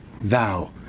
thou